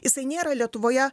jisai nėra lietuvoje